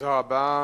תודה רבה.